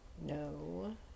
No